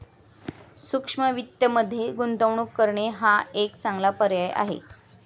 सूक्ष्म वित्तमध्ये गुंतवणूक करणे हा एक चांगला पर्याय आहे